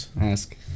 Ask